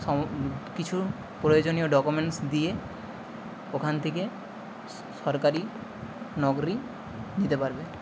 সম কিছু প্রয়োজনীয় ডকুমেন্টস দিয়ে ওখান থেকে সরকারি নকরি নিতে পারবে